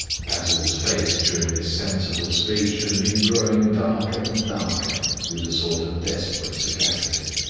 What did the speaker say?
basil's face during this sensible speech had been growing darker and darker with a sort of desperate sagacity.